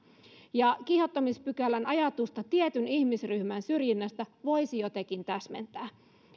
ja kiihottamispykälän ajatusta tietyn ihmisryhmän syrjinnästä voisi jotenkin täsmentää